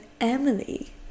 Emily